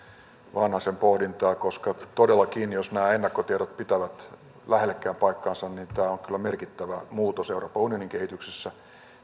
vanhasen pohdintaa todellakin jos nämä ennakkotiedot pitävät lähellekään paikkansa tämä puolustusyhteistyössä eteenpäinmeneminen on kyllä merkittävä muutos euroopan unionin kehityksessä